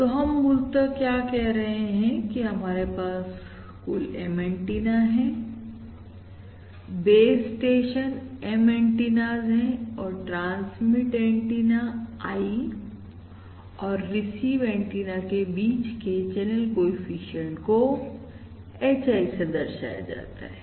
तो हम मूलतः क्या कह रहे हैं कि हमारे पास कुल M एंटीना है M एंटीना है बेस स्टेशन M एंटीनाज हैऔर ट्रांसमीट एंटीना I और रिसीव एंटीना के बीच के चैनल कोएफिशिएंट को HI से दर्शाया जाता है